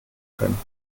können